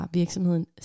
virksomheden